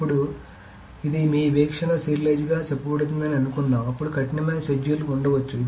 అప్పుడు ఇది మీ వీక్షణ సీరియల్గా చెప్పబడుతుందని అనుకుందాం అప్పుడు కఠినమైన షెడ్యూల్లు ఉండవచ్చు